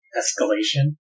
escalation